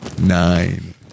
nine